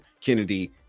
kennedy